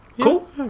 cool